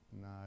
no